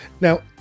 Now